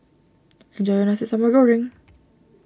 enjoy your Nasi Sambal Goreng